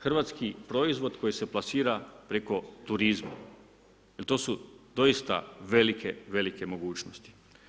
Hrvatski proizvod koji se plasira preko turizma jer to su doista velike, velike mogućnosti.